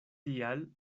tial